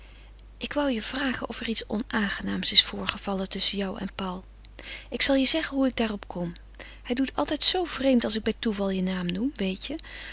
ik wou je vragen of er iets onaangenaams is voorgevallen tusschen jou en paul ik zal je zeggen hoe ik daarop kom hij doet altijd zoo vreemd als ik bij toeval je naam noem weet je